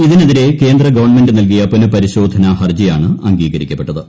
ഇതിനെതിരെ കേന്ദ്രഗവൺമെന്റ് നൽകിയ പുനഃപരിശോധന ഹർജിയാണ് അംഗീകരിക്കപ്പെട്ടത്